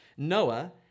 Noah